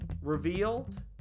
revealed